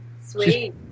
Sweet